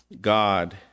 God